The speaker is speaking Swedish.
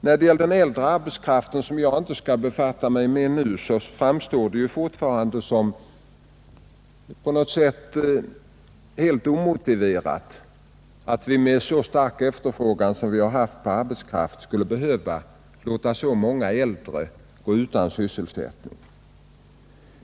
Jag skall inte nu befatta mig med frågan om den äldre arbetskraften, men det framstår fortfarande såsom helt omotiverat att vi med en så stark efterfrågan som vi haft på arbetskraft skulle behöva låta så många äldre gå utan sysselsättning.